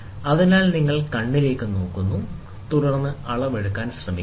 അതിനാൽ നിങ്ങൾ കണ്ണിലേക്ക് നോക്കുന്നു തുടർന്ന് അളവ് എടുക്കാൻ ശ്രമിക്കുക